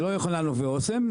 זה לא יוחננוף ואסם.